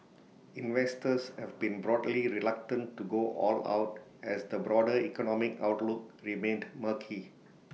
investors have been broadly reluctant to go all out as the broader economic outlook remained murky